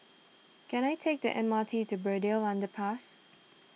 can I take the M R T to Braddell Underpass